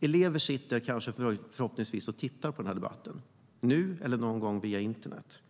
Elever sitter förhoppningsvis och tittar på den här debatten - nu eller någon annan gång via internet.